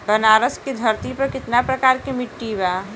बनारस की धरती पर कितना प्रकार के मिट्टी बा?